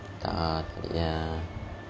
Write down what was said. tak tak boleh ah